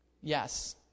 Yes